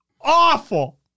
Awful